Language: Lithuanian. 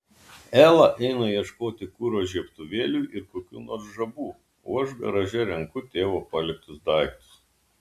ela eina ieškoti kuro žiebtuvėliui ir kokių nors žabų o aš garaže renku tėvo paliktus daiktus